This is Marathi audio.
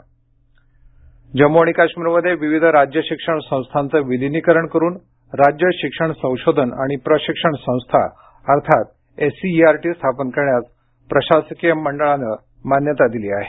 जम्म काश्मीर जम्मू आणि काश्मीरमध्ये विविध राज्य शिक्षण संस्थांचं विलिनीकरण करून राज्य शिक्षण संशोधन आणि प्रशिक्षण संस्था अर्थात एससीइआरटी स्थापन करण्यास प्रशासकीय मंडळानं मान्यता दिली आहे